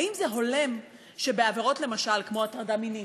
האם זה הולם שבעבירות כמו הטרדה מינית,